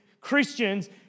Christians